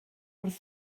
wrth